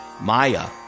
maya